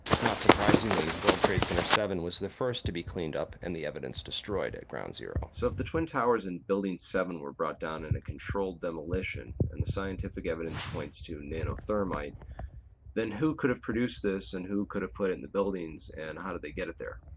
not surprisingly world trade center seven was also the first to be cleaned up and the evidence destroyed at ground zero. so if the twin towers and building seven were brought down in a controlled demolition and the scientific evidence points to nanothermite then who could have produced this and who could have put it in the buildings, and how did they get it there?